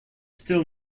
still